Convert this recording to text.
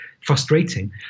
frustrating